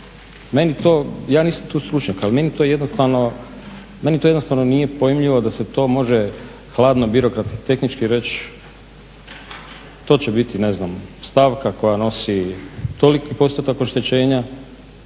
ja nisam tu stručnjak ali meni to jednostavno nije pojmljivo da se to može hladno birokratski tehnički reći to će biti ne znam stavka koja nosi toliki postotak oštećenja,